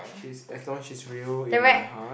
she's as long as she's real in my heart